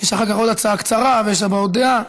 יש אחר כך עוד הצעה קצרה ויש הבעות דעה,